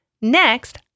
Next